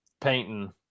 painting